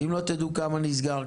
איך תדעו כמה נסגר,